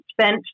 spent